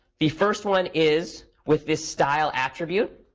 the first one is, with this style attribute.